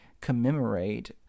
commemorate